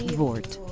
vort.